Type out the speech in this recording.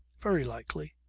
very likely.